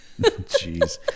Jeez